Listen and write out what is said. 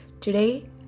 today